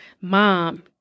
mom